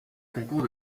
concours